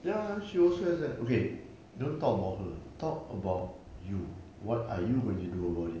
ya she also okay don't talk about her talk about you what are you going to do about it